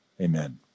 Amen